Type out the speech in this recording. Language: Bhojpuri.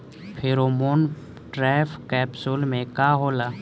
फेरोमोन ट्रैप कैप्सुल में का होला?